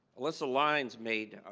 alyssa lines made